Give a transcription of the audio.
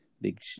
big